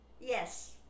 Yes